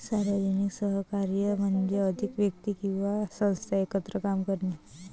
सार्वजनिक सहकार्य म्हणजे अधिक व्यक्ती किंवा संस्था एकत्र काम करणे